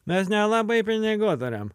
mes nelabai pinigų turim